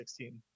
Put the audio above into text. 2016